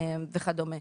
וכדומה.